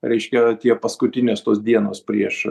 reiškia tie paskutinės tos dienos prieš